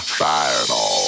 fireball